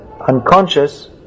unconscious